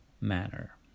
manner